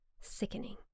Sickening